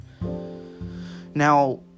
Now